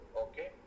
okay